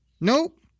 Nope